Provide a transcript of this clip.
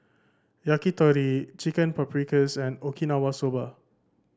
Yakitori Chicken Paprikas and Okinawa Soba